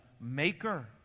maker